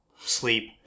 sleep